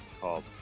called